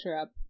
up